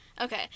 Okay